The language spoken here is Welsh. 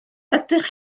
ydych